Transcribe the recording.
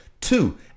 Two